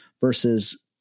versus